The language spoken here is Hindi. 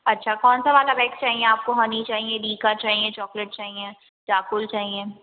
अच्छा कौन सा वाला वेक्स चाहिए आपको हनी चाहिए डीका चाहिए चॉकलेट चाहिए चारकोल चाहिए